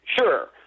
Sure